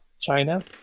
China